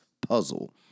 puzzle